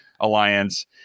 alliance